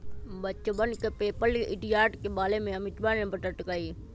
बच्चवन के पेपर के इतिहास के बारे में अमितवा ने बतल कई